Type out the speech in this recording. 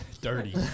dirty